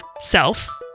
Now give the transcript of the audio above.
self